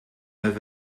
neuf